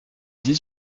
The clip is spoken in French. dix